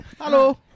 Hello